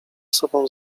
sobą